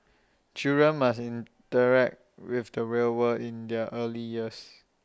children must interact with the real world in their early years